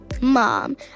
Mom